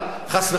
חס וחלילה,